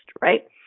right